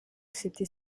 accepté